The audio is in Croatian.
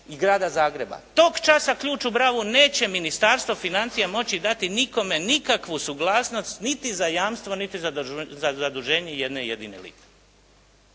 i grada Zagreba. Tog časa ključ u bravu neće Ministarstvo financija moći dati nikome nikakvu suglasnost niti za jamstvo niti za zaduženje jedne jedine lipe.